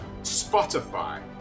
spotify